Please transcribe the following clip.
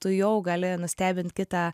tu jau gali nustebint kitą